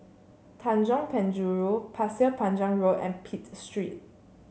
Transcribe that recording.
Tanjong Penjuru Pasir Panjang Road and Pitt Street